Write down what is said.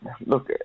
Look